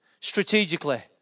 strategically